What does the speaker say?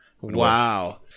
Wow